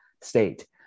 state